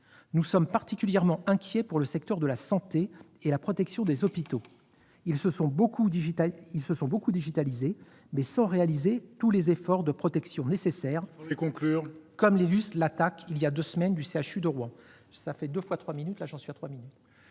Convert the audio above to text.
Nous sommes particulièrement inquiets pour le secteur de la santé et la protection des hôpitaux, qui se sont beaucoup digitalisés, mais sans réaliser tous les efforts de protection nécessaires, comme l'illustre l'attaque du centre hospitalier universitaire de Rouen,